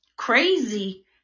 crazy